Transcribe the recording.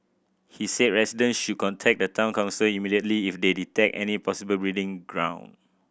he said residents should contact the Town Council immediately if they detect any possible breeding ground